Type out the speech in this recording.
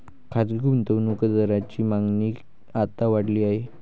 खासगी गुंतवणूक दारांची मागणी आता वाढली आहे